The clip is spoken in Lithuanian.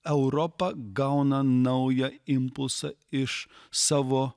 europa gauna naują impulsą iš savo